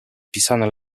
pisane